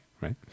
right